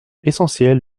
essentiel